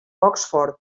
oxford